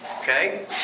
Okay